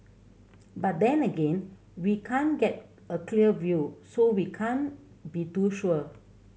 but then again we can't get a clear view so we can't be too sure